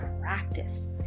practice